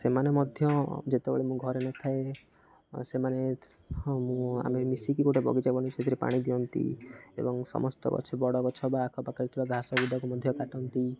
ସେମାନେ ମଧ୍ୟ ଯେତେବେଳେ ମୁଁ ଘରେ ନଥାଏ ସେମାନେ ମୁଁ ଆମେ ମିଶିକି ଗୋଟେ ବଗିଚା ବନେଇଥିଲୁ ସେଥିରେ ପାଣି ଦିଅନ୍ତି ଏବଂ ସମସ୍ତ ଗଛ ବଡ଼ ଗଛ ବା ଆଖ ପାଖରେ ଥିବା ଘାସ ବିଡ଼ାକୁ ମଧ୍ୟ କାଟନ୍ତି